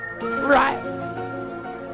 Right